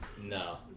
No